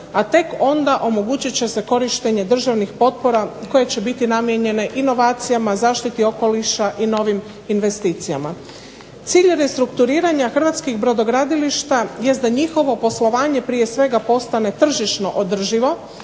a tek onda omogućit će se korištenje državnih potpora koja će biti namijenjene inovacijama, zaštiti okoliša i novim investicijama. Cilj restrukturiranja hrvatskih brodogradilišta jest da njihovo poslovanje prije svega postane tržišno održivo